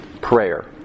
prayer